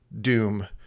Doom